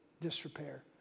disrepair